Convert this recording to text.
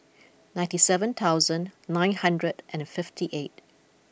ninety seven thousand nine hundred and fifty eight